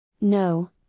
No